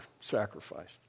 sacrificed